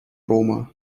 roma